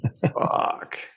Fuck